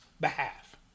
behalf